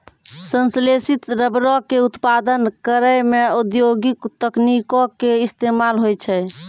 संश्लेषित रबरो के उत्पादन करै मे औद्योगिक तकनीको के इस्तेमाल होय छै